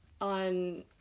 on